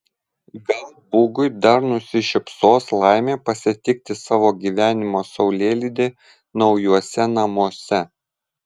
gal bugui dar nusišypsos laimė pasitikti savo gyvenimo saulėlydį naujuose namuose